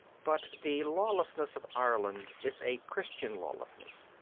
but the lawlessness of ireland is a christian lawlessness,